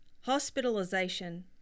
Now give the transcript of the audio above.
hospitalization